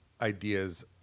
ideas